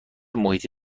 محیط